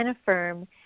affirm